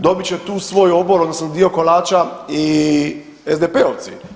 Dobit će tu svoj obol odnosno dio kolača i SDP-ovci.